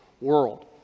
world